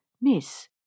Miss